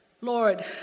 Lord